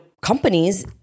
companies